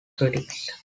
critics